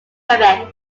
quebec